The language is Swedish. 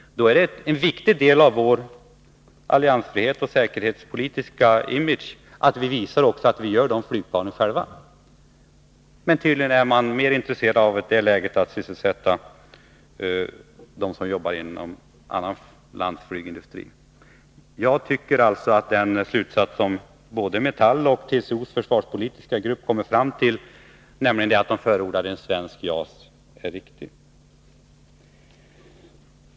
Det är en viktig del i vår alliansfrihet och vår säkerhetspolitiska image att vi visar att vi gör flygplanen själva. Tydligen är man mer intresserad i det här läget av att sysselsätta dem som jobbar inom något annat lands flygindustri. Jag tycker alltså att den slutsats som både Metall och TCO:s försvarspolitiska grupp kommit fram till, nämligen att de förordar ett svenskt JAS, är riktig.